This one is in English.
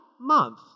month